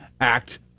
act